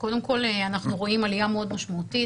קודם כל, אנחנו רואים עלייה מאוד משמעותית.